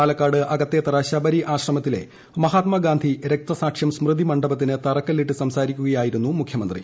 പാലക്കാട് അകത്തേത്തറ ശബരി ആശ്രമത്തിലെ മഹാത്മാഗാന്ധി രക്തസാക്ഷ്യം സ്മൃതി മണ്ഡപത്തിന് തറക്കല്ലിട്ടു സംസാരിക്കുകയായിരുന്നു മുഖ്യമന്ത്രി